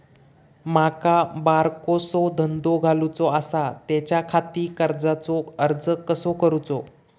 माका बारकोसो धंदो घालुचो आसा त्याच्याखाती कर्जाचो अर्ज कसो करूचो?